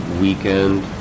weekend